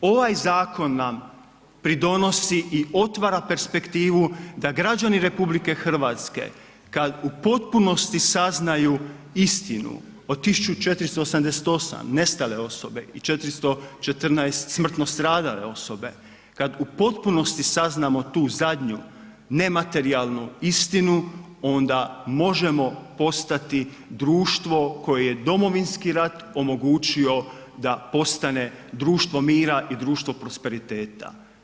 Ovaj Zakon nam pridonosi i otvara perspektivu da građani Republike Hrvatske kada u potpunosti saznaju istinu o tisuću 488 nestale osobe i 414 smrtno stradale osobe, kada u potpunosti saznamo tu zadnju nematerijalnu istinu onda možemo postati društvo koje je Domovinski rat omogućio da postane društvo mira i društvo prosperiteta.